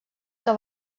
que